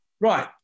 Right